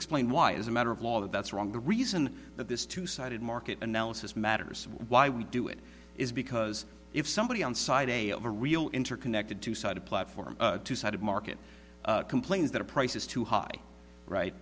explain why as a matter of law that's wrong the reason that this two sided market analysis matters why we do it is because if somebody's on side a of a real interconnected two sided platform two sided market complains that a price is too high right